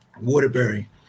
Waterbury